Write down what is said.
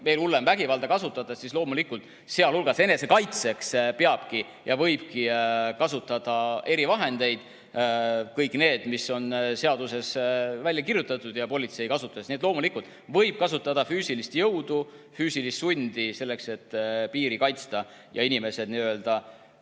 veel hullem, vägivalda kasutades, siis loomulikult, sealhulgas enesekaitseks, võibki kasutada erivahendeid – kõiki neid, mis on seaduses välja kirjutatud ja politsei kasutuses. Nii et loomulikult võib kasutada füüsilist jõudu, füüsilist sundi selleks, et piiri kaitsta ja inimesed suunata